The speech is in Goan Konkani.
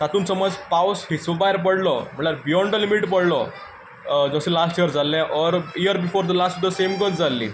तातूंत समज पावस हिस्पा भायर पडलो म्हटल्यार बियोंड द लिमीट पडलो जशें लास्ट इयर जाल्लें or year before the last same गत जाल्ली